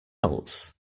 else